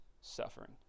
suffering